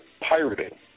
pirating